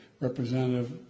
Representative